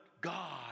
God